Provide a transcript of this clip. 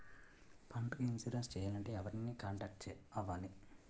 పంటకు ఇన్సురెన్స్ చేయాలంటే ఎవరిని కాంటాక్ట్ అవ్వాలి?